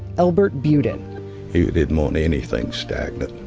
elbert budin he didn't want anything stagnant.